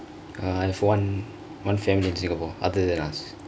ah I've one one family in singkapore other than us